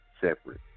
separate